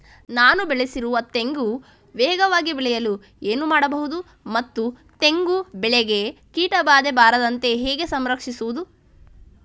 ನಾನು ಬೆಳೆಸಿರುವ ತೆಂಗು ವೇಗವಾಗಿ ಬೆಳೆಯಲು ಏನು ಮಾಡಬಹುದು ಮತ್ತು ತೆಂಗು ಬೆಳೆಗೆ ಕೀಟಬಾಧೆ ಬಾರದಂತೆ ಹೇಗೆ ಸಂರಕ್ಷಿಸುವುದು?